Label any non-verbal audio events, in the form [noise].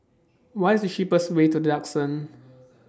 What IS The cheapest Way to The Duxton [noise]